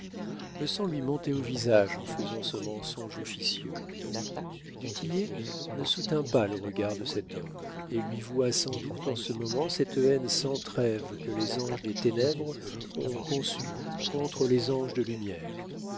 le sang lui montait au visage en faisant ce mensonge officieux du tillet ne soutint pas le regard de cet homme et lui voua sans doute en ce moment cette haine sans trêve que les anges des ténèbres ont conçue contre les anges de lumière